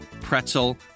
pretzel